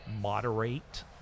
moderate